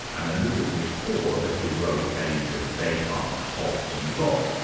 and a little before the heroic age of descartes, hobbes and locke.